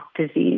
disease